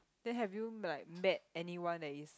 then have you like met anyone that is